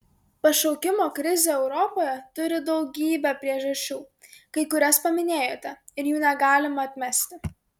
pašaukimo krizė europoje turi daugybę priežasčių kai kurias paminėjote ir jų negalima atmesti